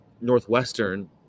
Northwestern